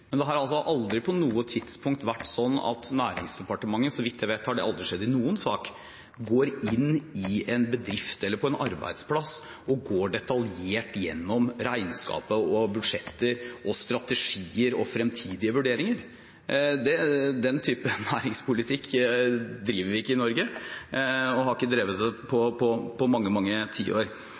Men det har aldri på noe tidspunkt vært slik at Næringsdepartementet – så vidt jeg vet, har det aldri skjedd i noen sak – går inn i en bedrift eller på en arbeidsplass og går detaljert gjennom regnskap, budsjetter, strategier og fremtidige vurderinger. Den typen næringspolitikk driver vi ikke i Norge og har ikke drevet med på mange, mange tiår.